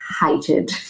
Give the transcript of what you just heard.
hated